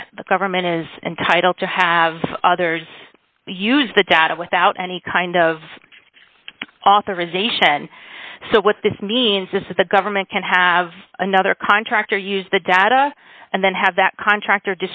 that the government is entitled to have others use the data without any kind of authorization so what this means is that the government can have another contractor use the data and then have that contractor